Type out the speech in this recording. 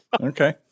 okay